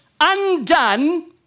undone